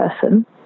person